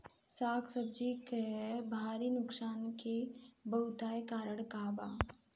साग सब्जी के भारी नुकसान के बहुतायत कारण का बा?